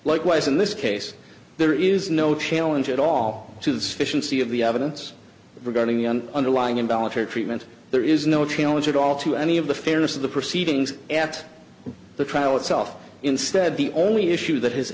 likewise in this case there is no challenge at all to the sufficiency of the evidence regarding the underlying involuntary treatment there is no challenge at all to any of the fairness of the proceedings at the trial itself instead the only issue that has